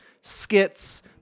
skits